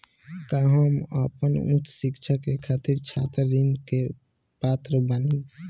का हम आपन उच्च शिक्षा के खातिर छात्र ऋण के पात्र बानी?